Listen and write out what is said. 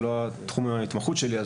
זה לא תחום ההתמחות שלי,